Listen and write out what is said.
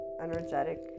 energetic